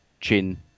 chin